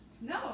No